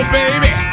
baby